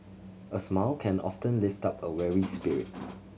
a smile can often lift up a weary spirit